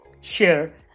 share